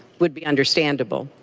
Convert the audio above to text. would be understandable.